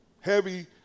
heavy